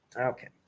okay